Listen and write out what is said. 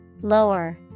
Lower